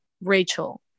Rachel